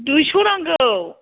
दुइस' नांगौ